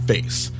Face